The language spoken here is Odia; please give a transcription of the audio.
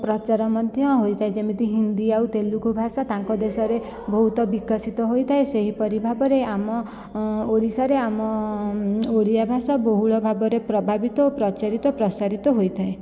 ପ୍ରଚାର ମଧ୍ୟ ହୋଇଥାଏ ଯେମିତି ହିନ୍ଦୀ ଆଉ ତେଲୁଗୁ ଭାଷା ତାଙ୍କ ଦେଶରେ ବହୁତ ବିକଶିତ ହୋଇଥାଏ ସେହିପରି ଭାବରେ ଆମଓଡ଼ିଶାରେ ଆମ ଓଡ଼ିଆ ଭାଷା ବହୁଳ ଭାବରେ ପ୍ରଭାବିତ ଓ ପ୍ରଚାରିତ ପ୍ରସାରିତ ହୋଇଥାଏ